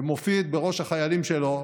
ומופיד בראש החיילים שלו,